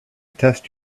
test